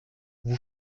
vous